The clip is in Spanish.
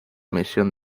misión